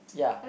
ya